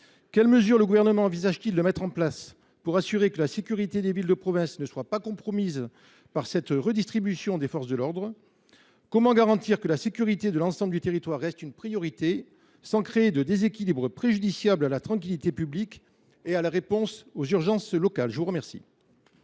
quelles mesures le Gouvernement envisage t il de mettre en œuvre pour assurer que la sécurité des villes de province ne soit pas compromise par cette redistribution des forces de l’ordre ? Comment garantir que la sécurité de l’ensemble du territoire reste une priorité, sans créer de déséquilibre préjudiciable à la tranquillité publique et à la réponse aux urgences locales ? La parole